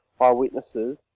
eyewitnesses